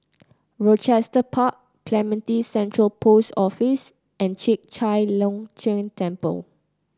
Rochester Park Clementi Central Post Office and Chek Chai Long Chuen Temple